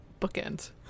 bookends